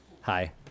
Hi